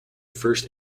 first